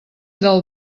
del